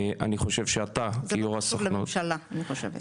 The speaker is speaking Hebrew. אני חושב שאתה כיו"ר הסוכנות --- זה לא קשור לממשלה אני חושבת.